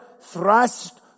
thrust